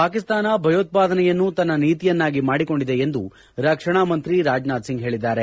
ಪಾಕಿಸ್ತಾನ ಭಯೋತ್ವಾದನೆಯನ್ನು ತನ್ನ ನೀತಿಯನ್ನಾಗಿ ಮಾಡಿಕೊಂಡಿದೆ ಎಂದು ರಕ್ಷಣಾ ಮಂತ್ರಿ ರಾಜನಾಥ್ ಸಿಂಗ್ ಹೇಳಿದ್ದಾರೆ